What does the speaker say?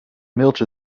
mailtje